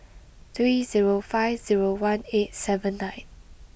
three zero five zero one eight seven nine